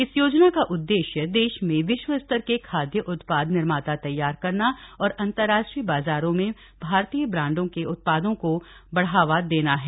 इस योजना का उद्देश्य देश में विश्व स्तर के खाद्य उत्पाद निर्माता तैयार करना और अंतरराष्ट्रीय बाजारों में भारतीय ब्रांडों के उत्पादों को बढ़ावा देना है